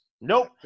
Nope